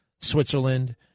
Switzerland